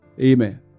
Amen